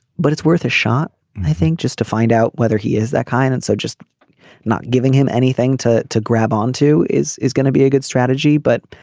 but it's worth a shot i think just to find out whether he is that kind and so just not giving him anything to to grab on to is is gonna be a good strategy but